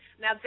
Now